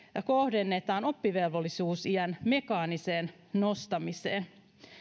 kohdennetaan oppivelvollisuusiän mekaaniseen nostamiseen